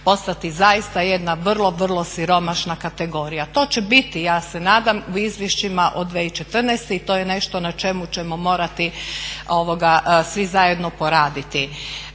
postati zaista jedna vrlo, vrlo siromašna kategorija. To će biti ja se nadam u izvješćima od 2014. i to je nešto na čemu ćemo morati svi zajedno poraditi.